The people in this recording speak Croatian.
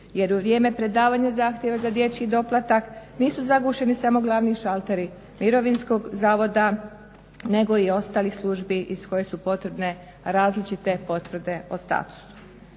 jer u vrijeme predavanja zahtjeva za dječji doplatak nisu zagušeni samo glavni šalteri Mirovinskog zavoda nego i ostalih službi iz koje su potrebne različite potvrde o statusu.